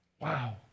wow